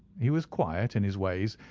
he was quiet in his ways,